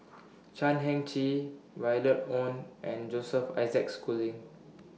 Chan Heng Chee Violet Oon and Joseph Isaac Schooling